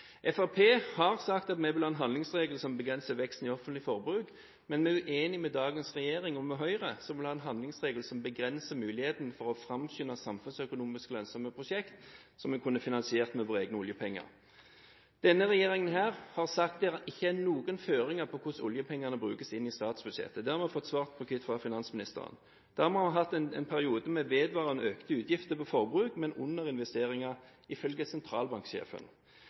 har sagt at vi vil ha en handlingsregel som begrenser veksten i offentlig forbruk, men vi er uenig med dagens regjering og Høyre, som vil ha en handlingsregel som begrenser mulighetene for å framskynde samfunnsøkonomisk lønnsomme prosjekter, som vi kunne finansiert med våre egne oljepenger. Denne regjeringen har sagt at det ikke er noen føringer på hvordan oljepengene brukes i statsbudsjettet. Det har vi fått svart på hvitt fra finansministeren – i en periode vi har hatt vedvarende økte utgifter på forbruk, men underinvesteringer, ifølge sentralbanksjefen.